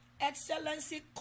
excellency